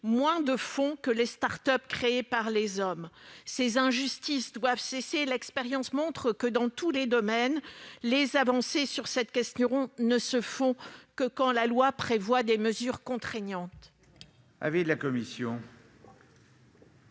moins de fonds que les start-up créées par les hommes. Ces injustices doivent cesser. Or l'expérience montre que dans tous les domaines, les avancées sur cette question ne se font que lorsque la loi prévoit des mesures contraignantes.